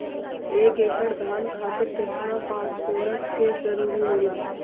एक एकड़ धान खातीर केतना फास्फोरस के जरूरी होला?